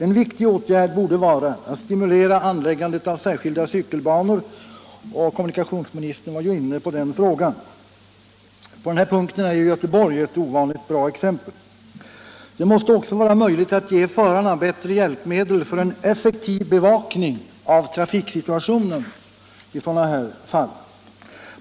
En viktig åtgärd borde vara att stimulera anläggandet av särskilda cykelbanor. Kommunikationsministern var inne på den frågan. På den punkten är Göteborg ett gott exempel. Det måste också vara möjligt att ge förarna bättre hjälpmedel för en effektiv bevakning av situationen i sådana här fall.